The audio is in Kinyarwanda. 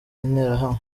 interahamwe